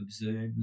observe